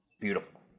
beautiful